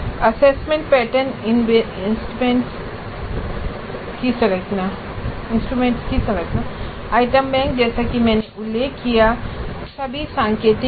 assessment pattern instruments की संरचना item bank जैसा कि मैंने उल्लेख किया है वे सभी सांकेतिक हैं